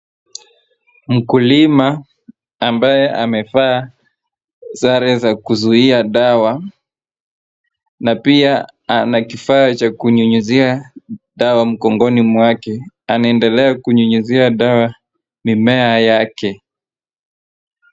Mkulima ambaye amevaa sare za kuzuia dawa na pia ana kifaa cha kunyunyuzia dawa mgongoni mwake anaendelea kunyunyuzia dawa mimea yake.